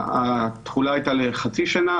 התחולה הייתה לחצי שנה,